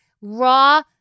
raw